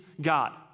God